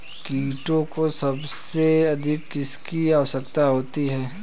कीटों को सबसे अधिक किसकी आवश्यकता होती है?